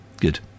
Good